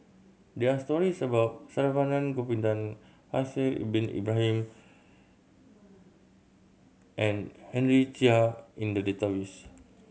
there are stories about Saravanan Gopinathan Haslir Bin Ibrahim and Henry Chia in the database